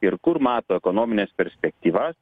ir kur mato ekonomines perspektyvas